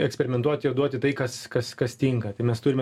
eksperimentuot jau duoti tai kas kas kas tinka tai mes turime